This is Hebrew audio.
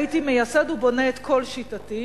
הייתי מייסד ובונה את כל שיטתי: